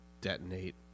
detonate